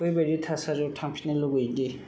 बैबायदि थासारियाव थांफिन्नो लुबैयो दि